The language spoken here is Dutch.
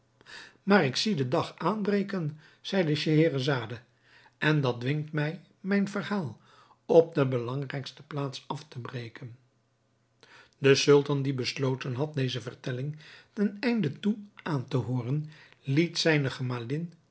maar ik zie den dag aanbreken zeide scheherazade en dat dwingt mij mijn verhaal op de belangrijkste plaats af te breken de sultan die besloten had deze vertelling ten einde toe aan te hooren liet zijne gemalin